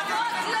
בבקשה.